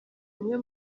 umwe